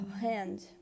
hand